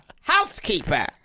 housekeeper